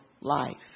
life